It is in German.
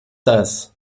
das